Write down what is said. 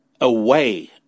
away